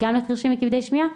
גם לחרשים וכבדי שמיעה.